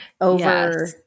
over